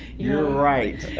you're right.